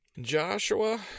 Joshua